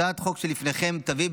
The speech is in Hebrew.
הצעת החוק שלפניכם תביא,